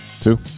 two